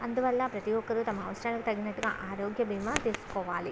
అందువల్ల ప్రతీ ఒక్కరూ తమ అవసరానికి తగినట్టుగా ఆరోగ్య భీమా తీసుకోవాలి